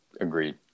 Agreed